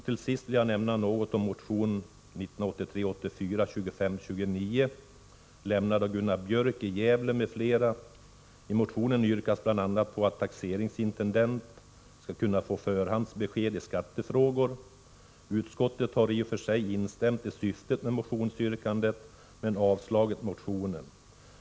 Till sist vill jag nämna något om motion 1983/84:2529, lämnad av Gunnar Björk i Gävle m.fl. I motionen yrkas bl.a. på att taxeringsintendent skall kunna få förhandsbesked i skattefrågor. Utskottet har i och för sig instämt i syftet med motionsyrkandet men avstyrker motionen.